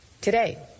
Today